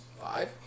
five